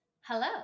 Hello